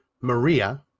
Maria